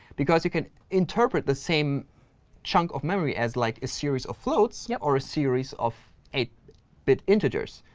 because you can interpret the same chunk of memory as like a series of floats yeah or a series of eight bit integers.